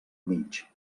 mig